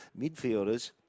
midfielders